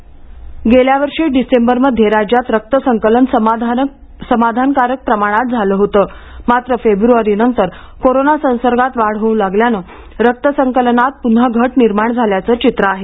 रक्तत्टवडा गेल्या वर्षी डिसेंबरमध्ये राज्यात रक्तसंकलन समाधानकारक प्रमाणात झालं होतं मात्र फेब्रवारीनंतर कोरोना संसर्गात वाढ होऊ लागल्यानं रक्तसंकलनात पुन्हा घट निर्माण झाल्याचं चित्र आहे